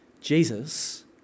Jesus